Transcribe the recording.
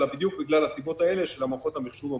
אלא בדיוק בגלל הסיבות האלה של מערכות המחשוב המורכבות.